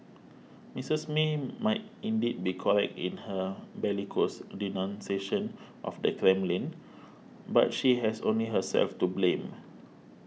Misses May might indeed be correct in her bellicose denunciation of the Kremlin but she has only herself to blame